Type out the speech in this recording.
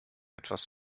etwas